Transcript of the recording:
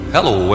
Hello